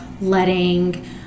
letting